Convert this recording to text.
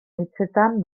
hitzetan